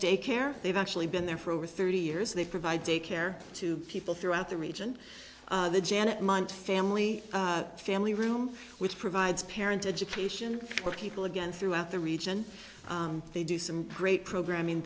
daycare they've actually been there for over thirty years they provide daycare to people throughout the region janet mind family family room which provides parent education for people again throughout the region they do some great programming